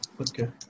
Okay